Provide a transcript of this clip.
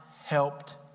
helped